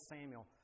Samuel